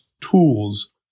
tools